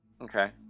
Okay